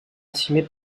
assumée